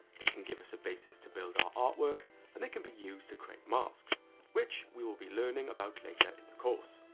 they can us a basis to build our artwork and they can be used to create masks which we will be learning about later at the course.